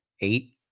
eight